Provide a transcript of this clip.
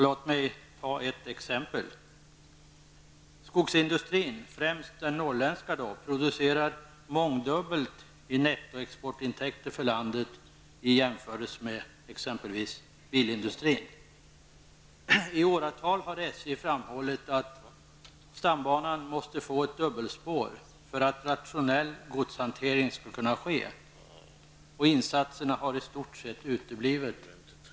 Låt mig ta ett exempel: Skogsindustrin, främst den norrländska, producerar mångdubbelt i nettoexportintäkter för landet i jämförelse med exempelvis bilindustrin. I många år har SJ framhållit att stambanan måste få ett dubbelspår för att rationell godshantering skall kunna ske. Insatserna har i stort sett uteblivit.